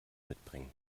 mitbringen